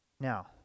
Now